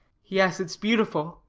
yes, it's beautiful,